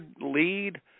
lead